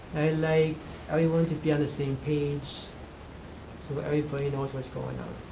like everyone to be on the same page so everybody knows what's going on.